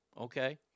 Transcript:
okay